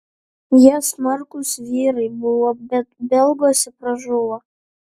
jie smarkūs vyrai buvo bet belguose pražuvo